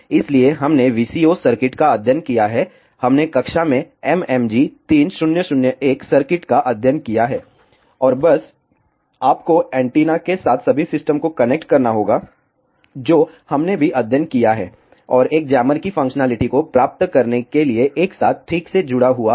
इसलिए हमने VCO circuit का अध्ययन किया है हमने कक्षा में MMG 3001 सर्किट का अध्ययन किया है और बस आपको एंटीना के साथ सभी सिस्टम को कनेक्ट करना होगा जो हमने भी अध्ययन किया है और एक जैमर की फंक्शनैलिटी को प्राप्त करने के लिए एक साथ ठीक से जुड़ा हुआ है